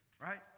right